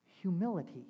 Humility